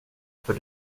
för